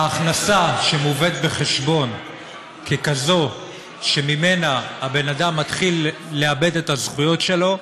ההכנסה שמובאת בחשבון ככזאת שממנה הבן אדם מתחיל לאבד את הזכויות שלו,